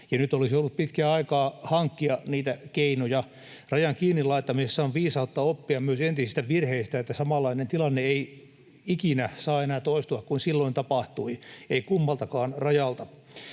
nyt olisi ollut pitkä aika hankkia niitä keinoja. Rajan kiinni laittamisessa on viisautta oppia myös entisistä virheistä. Samanlainen tilanne, kuin mitä silloin tapahtui, ei enää ikinä saa toistua, ei kummaltakaan rajalta.